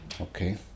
Okay